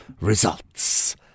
results